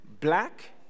black